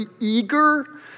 eager